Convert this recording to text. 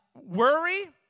worry